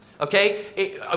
Okay